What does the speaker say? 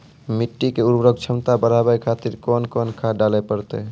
मिट्टी के उर्वरक छमता बढबय खातिर कोंन कोंन खाद डाले परतै?